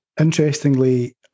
interestingly